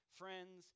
friends